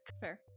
Fair